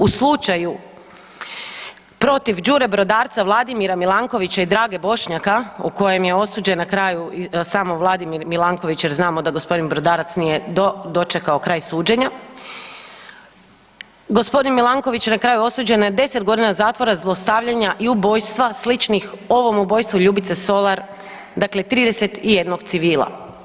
U slučaju protiv Đure Brodarca, Vladimira Milankovića i Drage Bošnjaka u kojem je osuđen na kraju samo Vladimir Milanković jer znamo da gospodin Brodarac nije dočekao kraj suđenja, gospodin Milanković je na kraju osuđen na 10 godina zatvora zlostavljanja i ubojstva sličnih ovom ubojstvu Ljubice Solar, dakle 31 civila.